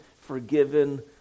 forgiven